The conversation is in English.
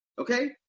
Okay